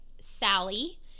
Sally